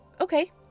Okay